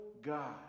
God